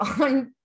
on